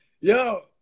yo